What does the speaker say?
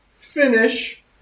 finish